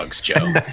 Joe